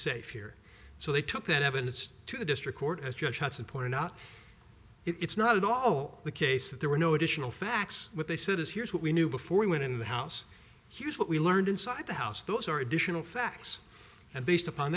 safe here so they took that evidence to the district court as judge hudson pointed out it's not at all the case that there were no additional facts when they said this here's what we knew before we went in the house here's what we learned inside the house those are additional facts and based upon